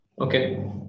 Okay